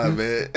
man